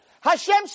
Hashem